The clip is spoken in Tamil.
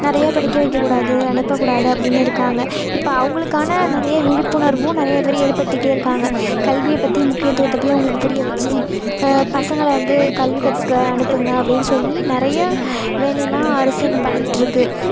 நிறையா படிக்க வைக்கக்கூடாது அனுப்பக்கூடாது அப்படின்னு இருக்காங்க இப்போ அவங்களுக்கான நிறைய விழிப்புணர்வும் நிறைய பேர் ஏற்படுத்திட்டே இருக்காங்க கல்வியை பற்றி முக்கியத்துவத்தை போய் அவங்களுக்கு புரிய வைச்சி பசங்களை வந்து கல்வி கற்றுக்க அனுப்புங்கள் அப்டின்னு சொல்லி நிறைய வேலைலாம் அரசானம் பண்ணிக்கிட்டுருக்கு